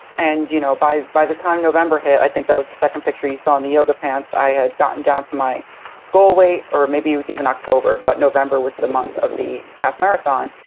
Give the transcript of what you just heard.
and you know by by the time november hit i think that was the second picture you saw in the yoga pants i had gotten down to my goal weight, or maybe it was even october, but november was the month of the half marathon.